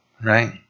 right